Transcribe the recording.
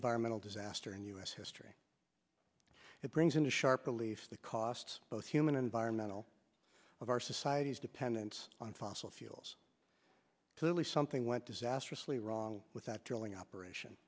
environmental disaster in u s history it brings into sharp relief the costs both human environmental of our society's dependence on fossil fuels totally something went disastrously wrong with that drilling operation